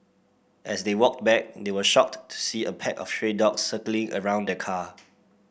as they walked back they were shocked to see a pack of stray dogs circling around the car